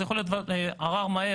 זה יכול להיות ערר מהיר,